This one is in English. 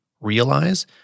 realize